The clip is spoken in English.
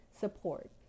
support